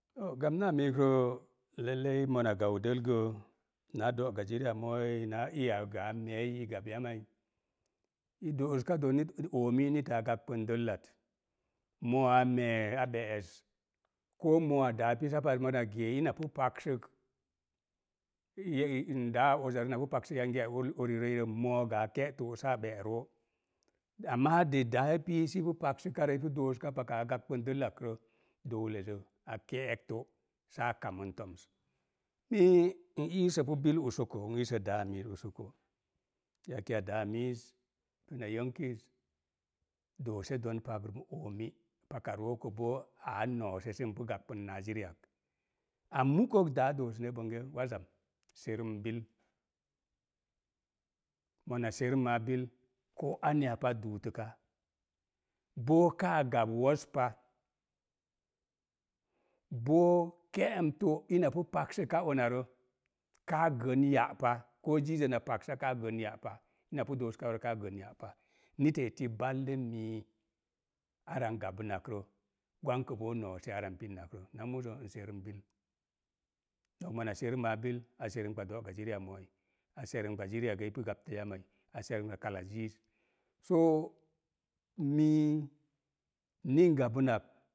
Gamnaa miikrəə, lellei mona gau dəl gə naa do'ga jiriya mooi, naa iya gə a meei i gab yammai, i dooska don nit nit pu oomi nitaa gabbən dəllat. Moa mee, a ɓe'ez, koo moa daa pipapaz, mona gee ina pu paksək, ye’ daa uzarəz napu paksak yangiya or ori rəi rə moogə a ke'to saa be'roo. Amaa de daa pi sipu paksəkarə, ipu dooska paka a gabbən dəllak rə, doole za'a ke'ek to, saa kamən toms. Mii, n iisə pu bil usuka, n iiso daa miiz usoko. daa miiz puna doose don pagrəm oomi, paka rook kə bo aaa no̱o̱se sən pu gabbən naa jiri ak. A muk ak, daa doosene bonge wazam, serəm bil, mona serəmaa bil, ko anya pat duutuka. Boo kaa gab woz pa, boo ke'em to, ina pu paksuka onarə, kaa gən ya'pa. Ko jiizə na paksa, kaa gən ya'pa. Ina pu dooskarə kaa gən ya'pa. Nita eto valle mii, ara n gabən nak rə, gwankə boo noose ara n pinnak rə. Na muzə, n serəm bil, nok mona serəmmaa bil, a serəmɓa do'ga jiriya mooi, a ser-amɓa gə jiriya i pu gabtə yammai, a serəmba kala ziig. Soo, mii, ni n gabən nak